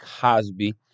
Cosby